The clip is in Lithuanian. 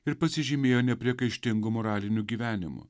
ir pasižymėjo nepriekaištingu moraliniu gyvenimu